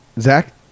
Zach